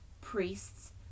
priests